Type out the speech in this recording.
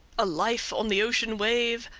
a life on the ocean wave,